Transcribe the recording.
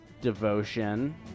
devotion